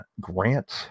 Grant